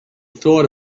thought